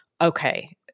okay